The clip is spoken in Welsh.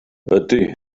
ydy